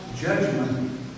judgment